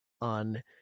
on